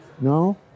No